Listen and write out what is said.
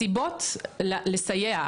הסיבות לסייע,